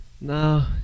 no